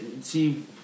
See